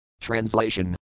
TRANSLATION